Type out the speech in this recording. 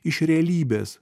iš realybės